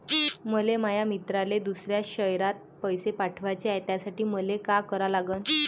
मले माया मित्राले दुसऱ्या शयरात पैसे पाठवाचे हाय, त्यासाठी मले का करा लागन?